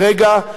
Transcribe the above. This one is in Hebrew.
לרגע,